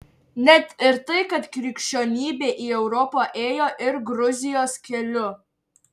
net ir tai kad krikščionybė į europą ėjo ir gruzijos keliu